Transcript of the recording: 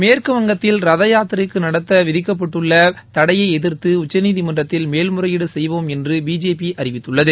மேற்கு வங்கத்தில் ரதயாத்திரை நடத்த விதிக்கப்பட்டுள்ள தடையை எதிர்த்து உச்சநீதிமன்றத்தில் மேல்முறையீடு செய்வோம் என்று பிஜேபி அறிவித்துள்ளது